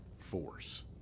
force